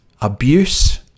abuse